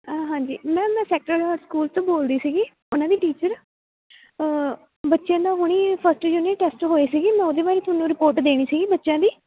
ਹਾਂਜੀ ਮੈਮ ਮੈਂ Sacred Heart school ਤੋਂ ਬੋਲਦੀ ਸੀਗੀ ਉਹਨਾਂ ਦੀ ਟੀਚਰ ਬੱਚਿਆਂ ਦਾ ਹੁਣੀ ਫਸਟ ਯੂਨਿਟ ਟੈਸਟ ਹੋਏ ਸੀ ਮੈਂ ਉਹਦੇ ਬਾਰੇ ਤੁਹਾਨੂੰ ਰਿਪੋਰਟ ਦੇਣੀ ਸੀ ਬੱਚਿਆਂ ਦੀ